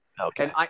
Okay